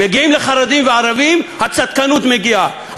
מגיעים לחרדים וערבים, הצדקנות מגיעה.